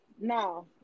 no